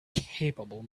capable